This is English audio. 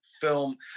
film